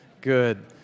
Good